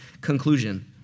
conclusion